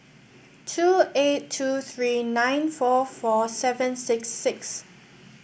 two eight two three nine four four seven six six